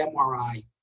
MRI